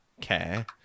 care